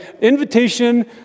invitation